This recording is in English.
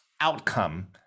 outcome